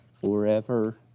forever